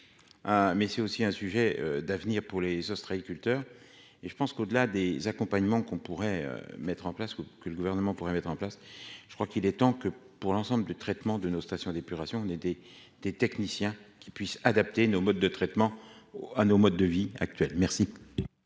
Mais c'est aussi un sujet d'avenir pour les ostréiculteurs. Et je pense qu'au-delà des accompagnements qu'on pourrait mettre en place que le gouvernement pourrait mettre en place. Je crois qu'il est temps que pour l'ensemble de traitement de nos stations d'épuration, on est des, des techniciens qui puisse adapter nos modes de traitement à nos modes de vie actuel, merci.